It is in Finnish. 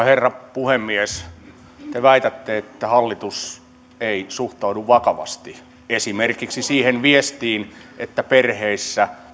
herra puhemies te väitätte että hallitus ei suhtaudu vakavasti esimerkiksi siihen viestiin että perheissä